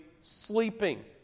sleeping